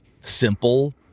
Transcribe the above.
simple